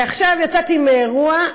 ועכשיו יצאתי מאירוע,